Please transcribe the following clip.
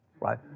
right